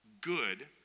Good